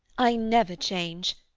i never change,